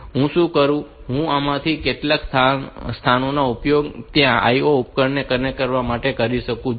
હું શું કરી શકું છું હું આમાંથી કેટલાક સ્થાનોનો ઉપયોગ ત્યાં IO ઉપકરણોને કનેક્ટ કરવા માટે કરી શકું છું